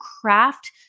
craft